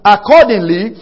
Accordingly